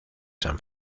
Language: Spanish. san